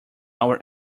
our